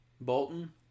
Bolton